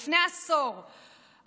לפני עשור,